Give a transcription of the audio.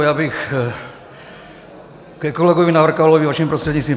Já bych ke kolegovi Navrkalovi, vaším prostřednictvím.